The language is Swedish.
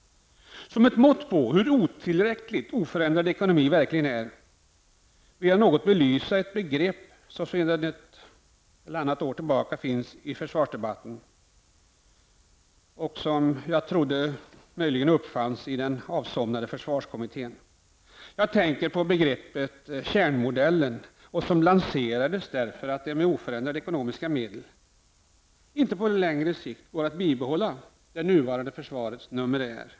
Som ett mått på hur otillräcklig en oförändrad ekonomi verkligen är vill jag något belysa ett begrepp som sedan något år tillbaka finns i försvarsdebatten och som jag tror uppfanns i den avsomnade försvarskommittén. Jag tänker på de begreppet kärnmodellen, som lanserades därför att det med oförändrade ekonomiska medel inte på längre sikt går att bibehålla det nuvarande försvarets numerär.